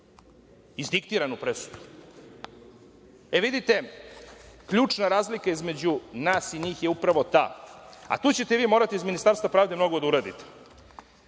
izdiktiranu presudu. Vidite, ključna razlika između nas i njih je upravo ta, a tu ćete vi morati iz Ministarstva pravde mnogo da uradite.